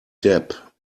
depp